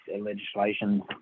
legislation